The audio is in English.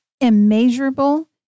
immeasurable